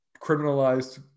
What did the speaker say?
criminalized